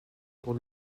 pour